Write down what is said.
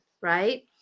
Right